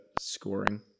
scoring